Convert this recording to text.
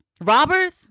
Robbers